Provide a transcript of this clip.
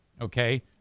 Okay